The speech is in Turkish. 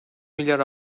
milyar